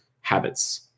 habits